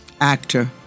actor